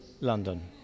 London